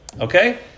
Okay